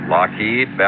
Lockheed